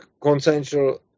consensual